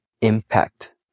impact